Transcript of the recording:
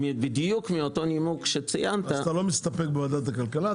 בדיוק מהנימוק שציינת- - אז אתה לא מסתפק בוועדת הכלכלה.